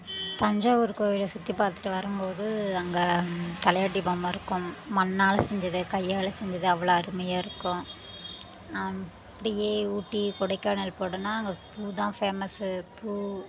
தஞ்சாவூர் கோவில சுற்றி பார்த்துட்டு வரும்போது அங்கே தலையாட்டி பொம்மை இருக்கும் மண்ணால் செஞ்சது கையால் செஞ்சது அவ்வளோ அருமையாக இருக்கும் அப்படியே ஊட்டி கொடைக்கானல் போனோனா அங்கே பூ தான் ஃபேமஸு பூ